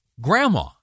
Grandma